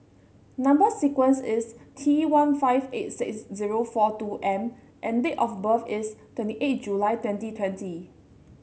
number sequence is T one five eight six zero four two M and date of birth is twenty eight July twenty twenty